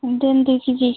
দিন দুই কেজি